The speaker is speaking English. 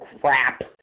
crap